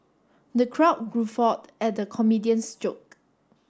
the crowd guffawed at the comedian's joke